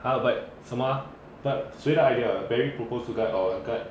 !huh! but 什么 uh but 谁的 idea barry propose to guard or guard